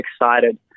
excited